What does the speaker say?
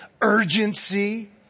Urgency